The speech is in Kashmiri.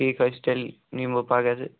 ٹھیٖک حظ چھُ تیٚلہِ یِمہٕ بہٕ پگاہ زِ